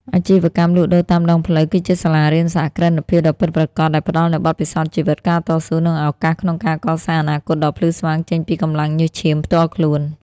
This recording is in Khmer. អាជីវកម្មលក់ដូរតាមដងផ្លូវគឺជាសាលារៀនសហគ្រិនភាពដ៏ពិតប្រាកដ ដែលផ្ដល់នូវបទពិសោធន៍ជីវិត ការតស៊ូ និងឱកាសក្នុងការកសាងអនាគតដ៏ភ្លឺស្វាងចេញពីកម្លាំងញើសឈាមផ្ទាល់ខ្លួន។